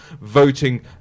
voting